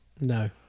No